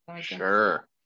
Sure